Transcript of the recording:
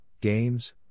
games